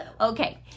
Okay